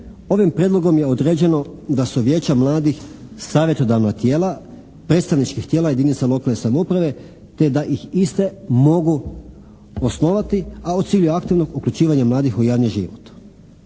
ovim prijedlogom je određeno da su vijeća mladih savjetodavna tijela predstavničkih tijela jedinica lokalne samouprave te da ih iste mogu osnovati a u cilju aktivnog uključivanja mladih u javni život.